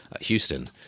Houston